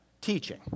teaching